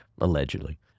allegedly